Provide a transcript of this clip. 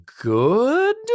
good